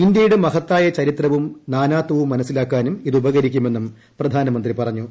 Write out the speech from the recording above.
ഇന്ത്യയുടെ മഹത്തായ ചരി ത്രവും നാനാത്വവും മനസ്സിലാക്കാനും ഇത് ഉപകരിക്കുമെന്നും പ്രധാനമന്ത്രി പറഞ്ഞു